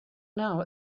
now